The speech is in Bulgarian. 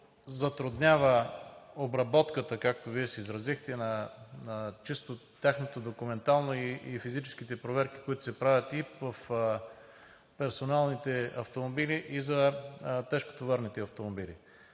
затруднява обработката, както Вие се изразихте, на чисто тяхното документално и физическите проверки, които се правят и в персоналните автомобили, и за тежкотоварните автомобили.